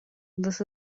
this